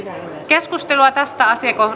keskustelua tästä